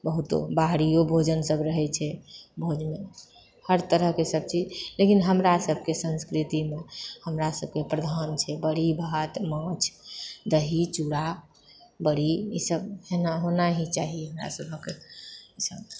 बहुतो बाहरियो भोजनसब रहैछै भोजमे हरतरहके सब्जी लेकिन हमरासबके संस्कृतिमे हमरासबके प्रधान छै बड़ी भात माछ दही चूड़ा बड़ि ई सब एना होना ही चाही हमरासभक ई सब